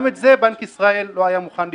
גם את זה בנק ישראל לא היה מוכן לשמוע.